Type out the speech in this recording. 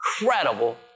incredible